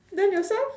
then you say